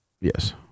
Yes